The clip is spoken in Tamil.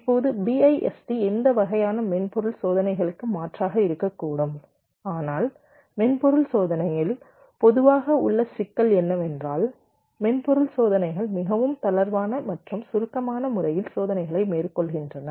இப்போது BIST இந்த வகையான மென்பொருள் சோதனைகளுக்கு மாற்றாக இருக்கக்கூடும் ஆனால் மென்பொருள் சோதனையில் பொதுவாக உள்ள சிக்கல் என்னவென்றால் மென்பொருள் சோதனைகள் மிகவும் தளர்வான மற்றும் சுருக்கமான முறையில் சோதனைகளை மேற்கொள்கின்றன